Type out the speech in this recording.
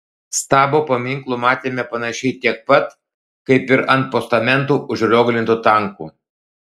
stabo paminklų matėme panašiai tiek pat kaip ir ant postamentų užrioglintų tankų